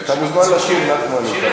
אתה מוזמן לשיר, נחמן, אם אתה רוצה.